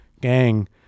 gang